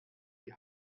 die